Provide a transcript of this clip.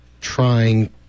trying